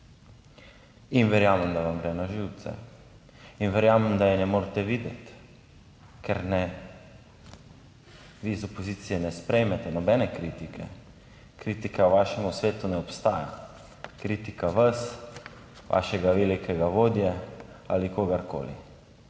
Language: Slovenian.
In verjamem, da vam gre na živce. In verjamem, da je ne morete videti, ker ne, vi iz opozicije ne sprejmete nobene kritike. Kritika v vašem svetu ne obstaja. Kritika vas, vašega velikega vodje ali kogarkoli.